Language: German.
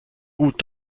gut